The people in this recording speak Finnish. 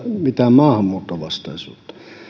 mitään maahanmuuttovastaisuutta